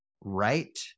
right